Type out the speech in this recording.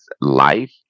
life